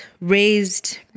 raised